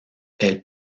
elle